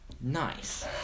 Nice